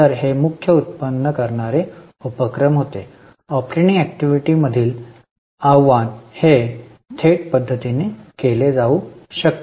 तर हे मुख्य उत्पन्न करणारे उपक्रम होते ऑपरेटिंग ऍक्टिव्हिटीमधील आव्हान हे थेट पध्दतीने केले जाऊ शकते